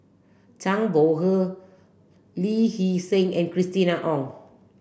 Zhang Bohe Lee Hee Seng and Christina Ong